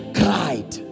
cried